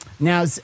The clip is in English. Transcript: Now